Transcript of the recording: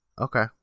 Okay